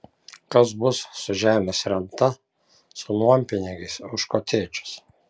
kas bus su žemės renta su nuompinigiais už kotedžus